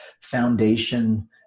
foundation